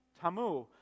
tamu